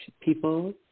people